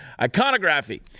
Iconography